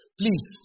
please